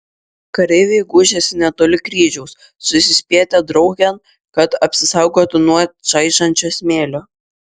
kareiviai gūžėsi netoli kryžiaus susispietė draugėn kad apsisaugotų nuo čaižančio smėlio